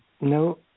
no